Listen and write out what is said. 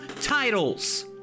titles